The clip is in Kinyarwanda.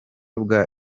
bwa